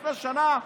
לפני שנה,